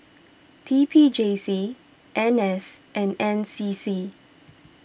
T P J C N S and N C C